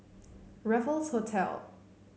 Raffles Hotel